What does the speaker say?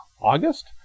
August